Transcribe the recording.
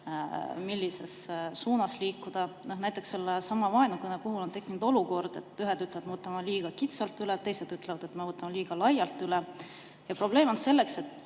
millises suunas liikuda. Näiteks sellesama vaenukõne puhul on tekkinud olukord, kus ühed ütlevad, et me võtame selle liiga kitsalt üle, ja teised ütlevad, et me võtame selle liiga laialt üle. Ja probleem on selles, et